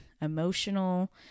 emotional